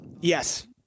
Yes